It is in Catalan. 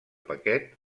paquet